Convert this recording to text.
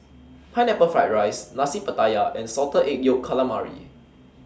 Pineapple Fried Rice Nasi Pattaya and Salted Egg Yolk Calamari